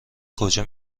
کجا